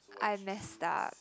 I messed up